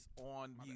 on